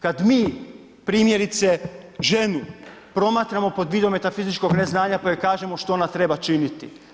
Kad mi, primjerice ženu promatramo pod vidom metafizičkog neznanja pa joj kažemo što ona treba činiti.